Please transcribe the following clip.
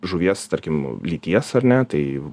žuvies tarkim lyties ar ne tai